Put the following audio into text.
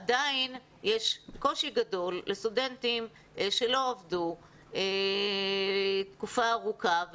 עדיין יש קושי גדול לסטודנטים שלא עבדו תקופה ארוכה,